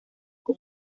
con